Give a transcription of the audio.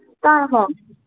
ꯇꯥꯔꯕꯣ